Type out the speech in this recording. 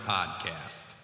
Podcast